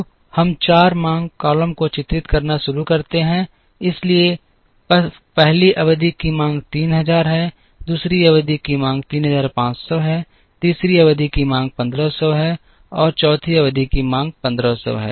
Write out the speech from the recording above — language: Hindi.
तो हम 4 मांग कॉलम को चित्रित करना शुरू करते हैं इसलिए 1 अवधि की मांग 3000 है 2 अवधि की मांग 3500 है 3 अवधि की मांग 1500 है और 4 अवधि की मांग 1500 है